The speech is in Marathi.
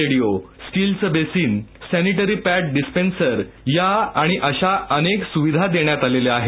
रेडिओ स्टीलचं बेसिन सॅनिटरी पॅड डिस्पेन्सर या आणि अशा अनेक सुविधा देण्यात आलेल्या आहेत